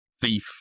Thief